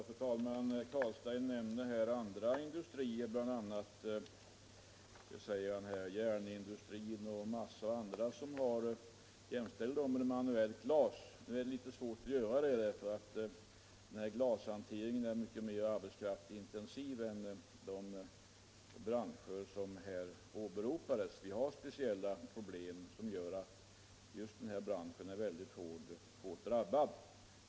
Fru talman! Herr Carlstein nämner andra industrier, bl.a. järnindustrin och massaindustrin, som han jämställer med den manuella glasindustrin. Det är litet svårt att göra en sådan jämförelse, eftersom glashanteringen är mycket mera arbetskraftsintensiv än de branscher som åberopades. Speciella problem gör att just denna bransch är hårt drabbad.